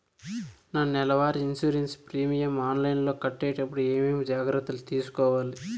నా నెల వారి ఇన్సూరెన్సు ప్రీమియం ఆన్లైన్లో కట్టేటప్పుడు ఏమేమి జాగ్రత్త లు తీసుకోవాలి?